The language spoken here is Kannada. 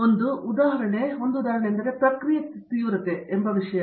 ಮತ್ತು ಒಂದು ಉದಾಹರಣೆ ಪ್ರಕ್ರಿಯೆ ತೀವ್ರತೆ ಎಂಬ ವಿಷಯ